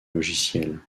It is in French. logiciel